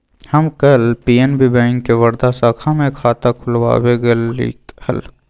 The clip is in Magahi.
हम कल पी.एन.बी बैंक के वर्धा शाखा में खाता खुलवावे गय लीक हल